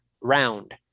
round